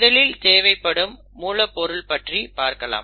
முதலில் தேவைப்படும் மூலப் பொருள் பற்றி பார்க்கலாம்